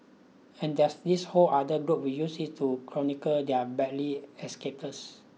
and there's this whole other group we use it to chronicle their badly escapades